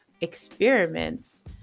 experiments